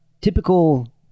typical